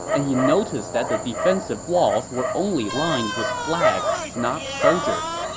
and he noticed that the defensive walls were only lined with flags, not soldiers.